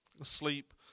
asleep